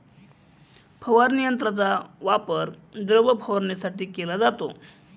फवारणी यंत्राचा वापर द्रव फवारणीसाठी केला जातो